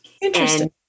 Interesting